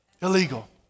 Illegal